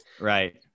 right